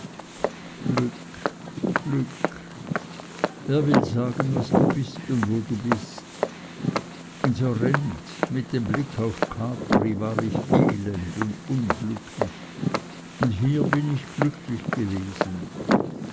glück wer will sagen was du bist und wo du bist in sorrent mit dem blick auf capri war ich elend und unglücklich und hier bin ich glücklich gewesen